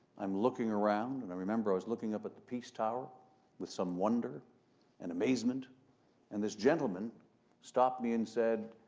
i'm looking around and i remember, i was looking up at the peace tower with some wonder and amazement and this gentleman stopped me and said,